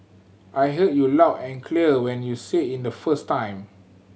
I heard you loud and clear when you said in the first time